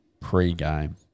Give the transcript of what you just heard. pre-game